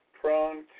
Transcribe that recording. prone